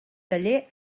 taller